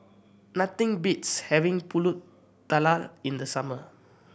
nothing beats having Pulut Tatal in the summer